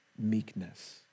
Meekness